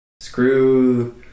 screw